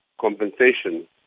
compensation